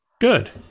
Good